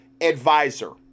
advisor